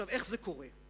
איך זה קורה?